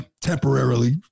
temporarily